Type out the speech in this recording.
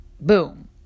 Boom